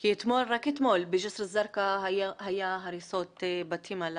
רק אתמול בג'סר א-זרקא היו הריסות בתים של